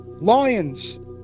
Lions